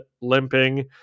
limping